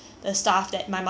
um